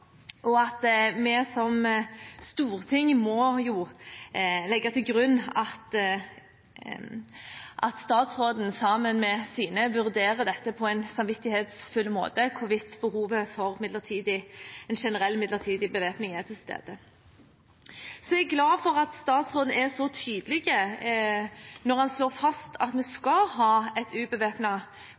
terrorsituasjon, som vi har nå, og at vi som storting må legge til grunn at statsråden, sammen med sine, vurderer på en samvittighetsfull måte hvorvidt behovet for en generell midlertidig bevæpning er til stede. Så er jeg glad for at statsråden er så tydelig når han slår fast at vi skal ha et